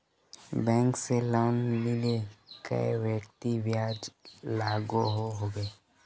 Bank से loan लिले कई व्यक्ति ब्याज लागोहो होबे?